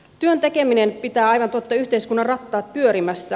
työn tekeminen pitää aivan totta yhteiskunnan rattaat pyörimässä